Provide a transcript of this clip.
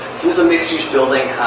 is a mixed-use building.